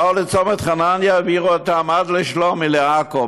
באו לצומת חנניה, העבירו אותם עד לשלומי, לעכו.